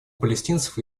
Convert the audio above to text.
палестинцев